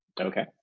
Okay